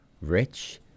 rich